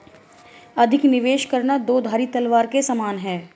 अधिक निवेश करना दो धारी तलवार के समान है